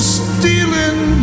stealing